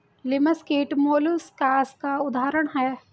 लिमस कीट मौलुसकास का उदाहरण है